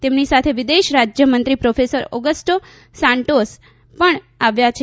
તેમની સાથે વિદેશ રાજ્યમંત્રી પ્રોફેસર ઓગસ્ટો સાન્ટોસ પણ આવ્યા છે